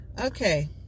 Okay